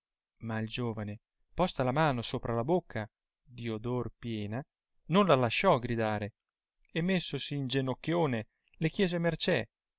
ma il giovane posta la mano sopra la bocca di odor piena non la lasciò gridare e messosi in genocchione le chiese mercè